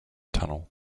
tunnel